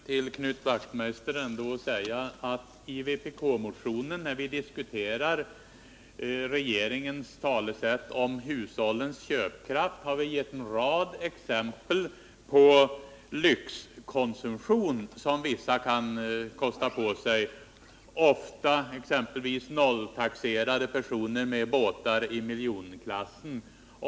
Herr talman! Jag vill till Knut Wachtmeister säga att när vi i vpk-motionen diskuterar regeringens tal om hushållens köpkraft har vi givit en rad exempel på lyxkonsumtion som somliga kan kosta på sig, och det är då exempelvis fråga om nolltaxerade personer med båtar i miljonklassen.